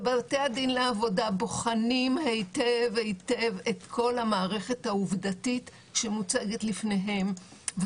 ובתי הדין לעבודה בוחנים היטב את כל המערכת העובדתית שמוצגת לפניהם.